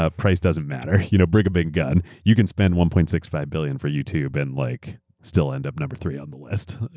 ah price doesn't matter, you know bring a big gun. you can spend one dollars. sixty five billion for youtube and like still end up number three on the list.